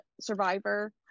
Survivor